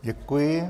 Děkuji.